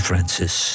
Francis